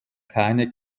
keine